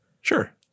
sure